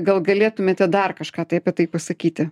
gal galėtumėte dar kažką tai apie tai pasakyti